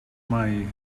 mai